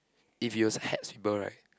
if he was hatch people right